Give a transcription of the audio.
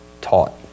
taught